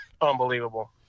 unbelievable